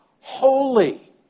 holy